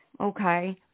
okay